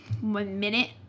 one-minute